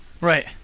Right